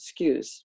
skews